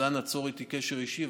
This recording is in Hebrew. אז אנא צור איתי קשר אישי,